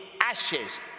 ashes